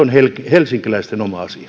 helsinkiläisten